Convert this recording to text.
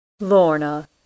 Lorna